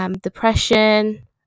Depression